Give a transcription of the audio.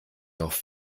noch